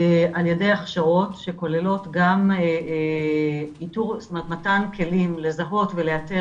על ידי הכשרות שכוללות גם מתן כלים לזהות ולאתר